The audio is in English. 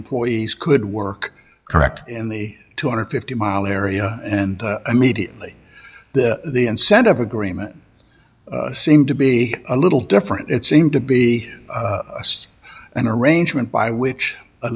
employees could work correct in the two hundred and fifty mile area and immediately the incentive agreement seemed to be a little different it seemed to be an arrangement by which